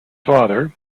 father